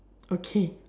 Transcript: okay